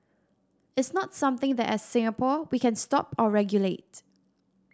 it's not something that as Singapore we can stop or regulate